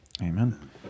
Amen